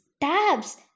tabs